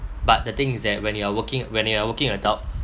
but the thing is that when you are working when you are a working adult